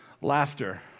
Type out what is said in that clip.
Laughter